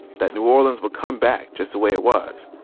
that new orleans would come back just the way it was.